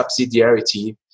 subsidiarity